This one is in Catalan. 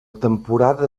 temporada